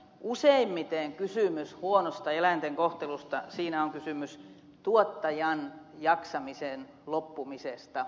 useimmiten huonossa eläinten kohtelussa on kysymys tuottajan jaksamisen loppumisesta